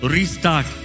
Restart